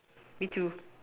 me too